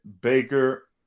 Baker